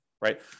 right